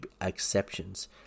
exceptions